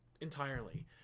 entirely